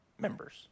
members